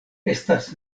estas